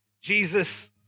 Jesus